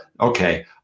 okay